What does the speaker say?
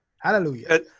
Hallelujah